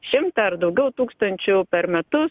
šimtą ar daugiau tūkstančių per metus